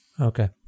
Okay